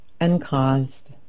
Uncaused